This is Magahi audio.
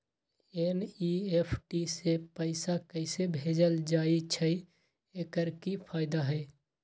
एन.ई.एफ.टी से पैसा कैसे भेजल जाइछइ? एकर की फायदा हई?